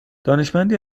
دانشمندی